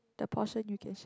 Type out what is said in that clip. the portion you can share